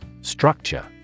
Structure